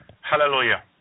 Hallelujah